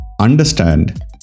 understand